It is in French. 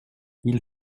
ils